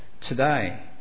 today